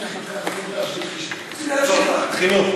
חינוך.